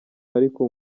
ariko